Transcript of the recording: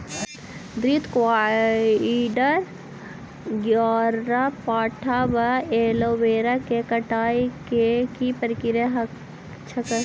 घृतक्वाइर, ग्यारपाठा वा एलोवेरा केँ कटाई केँ की प्रक्रिया छैक?